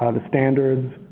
the standards,